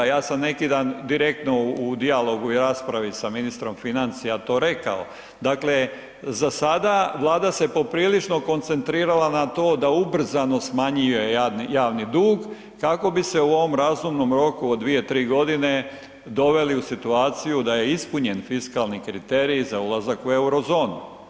Ja sam neki dan direktno u dijalogu i u raspravi sa ministrom financija to rekao, dakle za sada Vlada se poprilično koncentrirala na to da ubrzano smanjuje javni dug kako bi se u ovom razumnom roku od 2-3.g. doveli u situaciju da je ispunjen fiskalni kriterij za ulazak u Eurozonu.